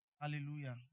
Hallelujah